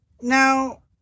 Now